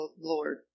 Lord